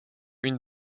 une